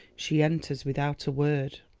she enters without a word.